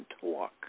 talk